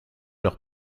leurs